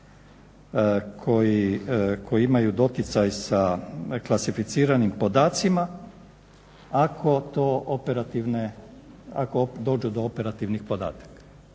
koji imaju doticaj sa klasificiranim podacima, ako to operativne, ako